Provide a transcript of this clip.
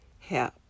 Help